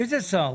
איזה שר?